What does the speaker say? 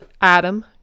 Adam